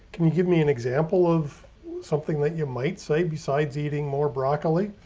can you give me an example of something that you might say besides eating more broccoli?